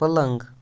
پلنٛگ